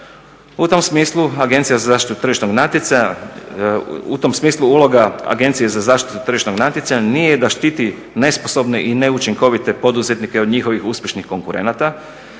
u tom smislu uloga Agencije za zaštitu tržišnog natjecanja nije da štiti nesposobne i neučinkovite poduzetnike od njihovih uspješnih konkurenata